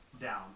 down